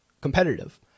competitive